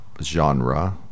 genre